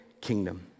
kingdom